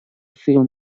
film